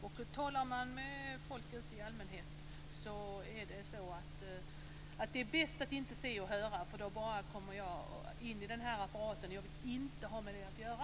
Om man talar med folk ute säger de att det är bäst att inte se och höra. Annars kommer de in i den här apparaten, och de vill inte ha med den att göra.